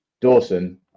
Dawson